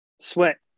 sweat